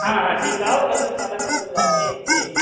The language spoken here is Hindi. हाँ हाँ ठीक आओ कल सब कागज पत्तर लाओ ठीक ठीक